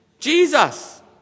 Jesus